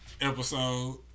Episode